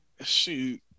Shoot